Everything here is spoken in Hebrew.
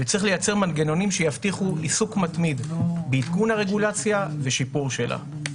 וצריך לייצר מנגנונים שיבטיחו עיסוק מתמיד בעדכון הרגולציה ובשיפור שלה.